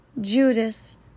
Judas